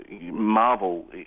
marvel